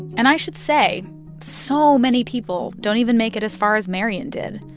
and i should say so many people don't even make it as far as marian did,